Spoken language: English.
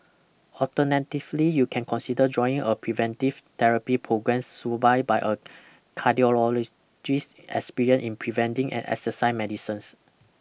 alternatively you can consider joining a preventive therapy programmes supervised by a cardiologist experienced in preventing and exercise medicines